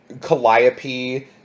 Calliope